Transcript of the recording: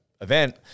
event